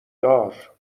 دار